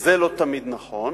זה לא תמיד נכון.